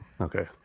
Okay